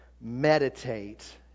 meditate